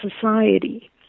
society